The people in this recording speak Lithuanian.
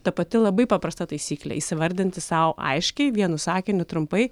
ta pati labai paprasta taisyklė įsivardinti sau aiškiai vienu sakiniu trumpai